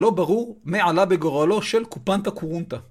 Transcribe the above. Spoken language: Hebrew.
לא ברור מה עלה בגורלו של קופנטה קורונטה.